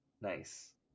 Nice